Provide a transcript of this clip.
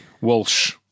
Walsh